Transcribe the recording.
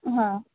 હા